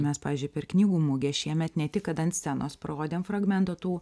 mes pavyzdžiui per knygų mugę šiemet ne tik kad ant scenos parodėm fragmentą tų